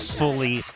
fully